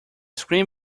screen